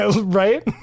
Right